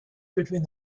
between